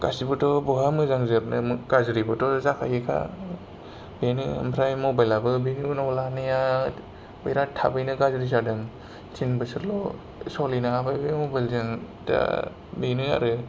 गासिबोथ' बहा मोजां जाजोबनो गाज्रिबोथ' जाखायो खा बेनो आमफ्राय मबाइलाबो बिनि उनाव लानाया बिराद थाबैनो गाज्रि जादों थिन बोसोरल' सोलिनो हाबाय बे मबाइलजों दा बेनो आरो